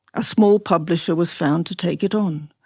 a small publisher was found to take it on,